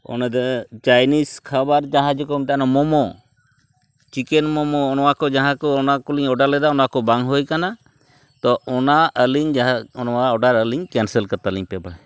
ᱚᱱᱟᱫᱚ ᱪᱟᱭᱱᱤᱥ ᱠᱷᱟᱵᱟᱨ ᱡᱟᱦᱟᱸ ᱡᱮᱠᱚ ᱢᱮᱛᱟᱜ ᱠᱟᱱᱟ ᱢᱳᱢᱳ ᱪᱤᱠᱮᱱ ᱢᱳᱢᱳ ᱱᱚᱣᱟᱠᱚ ᱡᱟᱦᱟᱸᱠᱚ ᱚᱱᱟ ᱠᱚᱞᱤᱧ ᱚᱰᱟᱨ ᱞᱮᱫᱟ ᱚᱱᱟᱠᱚ ᱵᱟᱝ ᱦᱩᱭᱠᱟᱱᱟ ᱛᱚ ᱚᱱᱟ ᱟᱹᱞᱤᱧ ᱡᱟᱦᱟᱸ ᱱᱚᱣᱟ ᱚᱰᱟᱨ ᱟᱹᱞᱤᱧ ᱠᱮᱱᱥᱮᱞ ᱠᱟᱛᱟᱞᱤᱧ ᱯᱮ ᱵᱟᱲᱮ